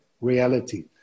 reality